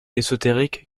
ésotérique